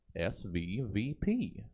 SVVP